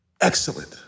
excellent